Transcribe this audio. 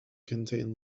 contain